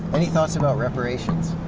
any thoughts about reparations?